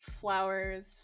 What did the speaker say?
flowers